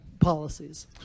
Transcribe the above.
policies